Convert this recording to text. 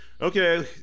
okay